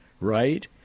right